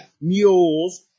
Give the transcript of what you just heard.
mules